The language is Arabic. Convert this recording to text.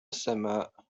السماء